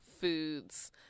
foods